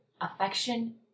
affection